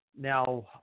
Now